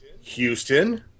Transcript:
houston